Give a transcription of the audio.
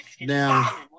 now